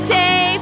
day